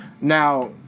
now